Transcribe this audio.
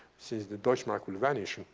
since the deutsche mark will vanish.